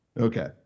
Okay